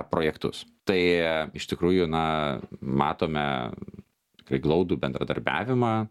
projektus tai iš tikrųjų na matome tikrai glaudų bendradarbiavimą